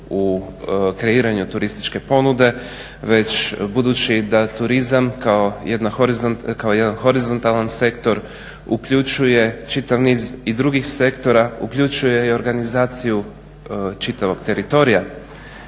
u kreiranju turističke ponude već budući da turizam kao jedan horizontalan sektor uključuje čitav niz i drugih sektora, uključuje i organizaciju čitavog teritorija